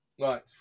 Right